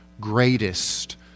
greatest